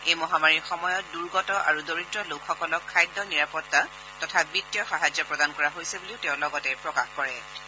এই মহামাৰীৰ সময়ত দূৰ্গত আৰু দৰিদ্ৰ লোকসকলক খাদ্য নিৰাপত্তা তথা বিত্তীয় সাহায্য প্ৰদান কৰা হৈছে বুলিও তেওঁ লগতে প্ৰকাশ কৰিছে